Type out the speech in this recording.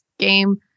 game